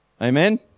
amen